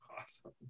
Awesome